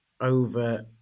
over